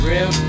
Real